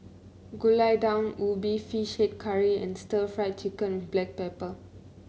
Gulai Daun Ubi fish head curry and stir Fry Chicken with Black Pepper